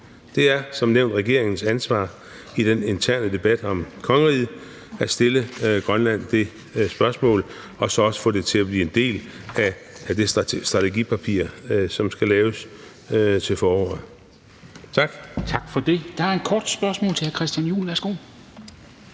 Det er som nævnt regeringens ansvar i den interne debat om kongeriget at stille Grønland det spørgsmål og så også få det til at blive en del af det strategipapir, som skal laves til foråret. Tak. Kl. 13:32 Formanden (Henrik Dam Kristensen): Tak for